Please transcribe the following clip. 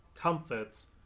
comforts